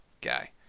guy